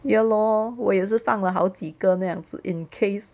ya lor 我也是放了好几个那样子 in case